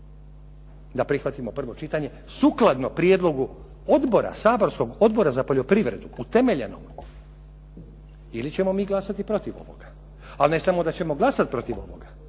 da prihvatimo prvo čitanje sukladno prijedlogu odbora, saborskog Odbora za poljoprivredu utemeljenom ili ćemo mi glasati protiv ovoga. Ali ne samo da ćemo glasati protiv ovoga,